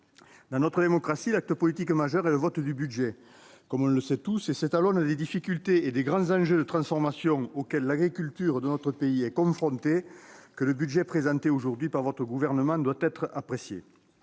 Dans notre démocratie, l'acte politique majeur est le vote du budget, et c'est à l'aune des difficultés et des grands enjeux de transformation auxquels l'agriculture de notre pays est confrontée que le budget présenté aujourd'hui par le Gouvernement doit être apprécié.